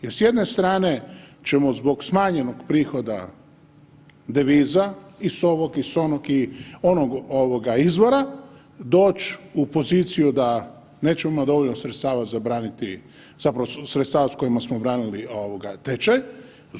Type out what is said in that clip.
Jer s jedne strane ćemo zbog smanjenog prihoda deviza i s ovog i s onog i onog ovoga izvora doći u poziciju da nećemo imati dovoljno sredstava za braniti, zapravo sredstava s kojima smo branili ovoga tečaj.